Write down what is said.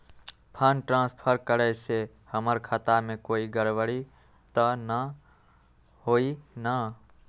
Fund transfer करे से हमर खाता में कोई गड़बड़ी त न होई न?